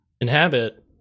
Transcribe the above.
Inhabit